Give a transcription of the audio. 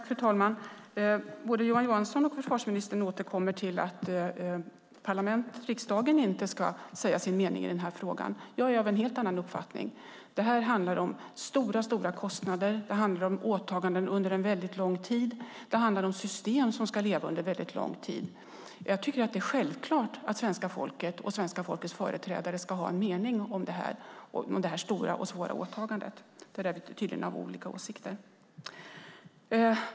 Fru talman! Både Johan Johansson och försvarsministern återkommer till att riksdagen inte ska säga sin mening i frågan. Jag är av en helt annan uppfattning. Det här handlar om stora kostnader och åtaganden under lång tid. Det handlar om system som ska leva under lång tid. Det är självklart att svenska folket och svenska folkets företrädare ska ha en mening om det stora och svåra åtagandet. Där har vi tydligen olika åsikter.